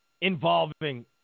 involving